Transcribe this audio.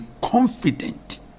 confident